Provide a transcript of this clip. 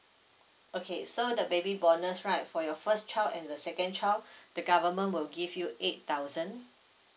okay so the baby bonus right for your first child and the second child the government will give you eight thousand